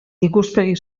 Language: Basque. ikuspegi